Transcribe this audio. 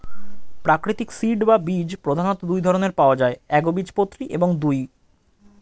প্রাকৃতিক সিড বা বীজ প্রধানত দুই ধরনের পাওয়া যায় একবীজপত্রী এবং দুই